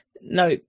No